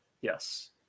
Yes